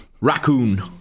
Raccoon